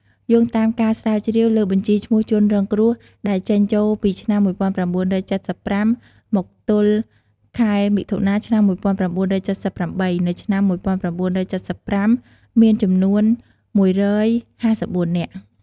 យោងតាមការស្រាវជ្រាវទៅលើបញ្ជីឈ្មោះជនរងគ្រោះដែលចេញចូលពីឆ្នាំ១៩៧៥ មកទល់ខែមិថុនាឆ្នាំ១៩៧៨ នៅឆ្នាំ១៩៧៥ មានចំនួន១៥៤នាក់ ។